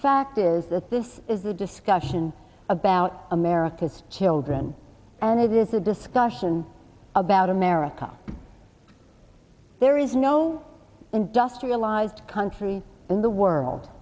fact is that this is a discussion about america's children and it is a discussion about america there is no industrialized country in the world